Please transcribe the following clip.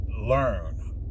learn